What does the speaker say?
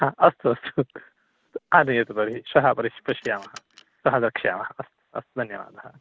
अ अस्तु अस्तु आनयतु तर्हि श्वः परि पश्यामः श्वः द्रक्षामः अस् अस्तु धन्यवादः